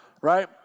right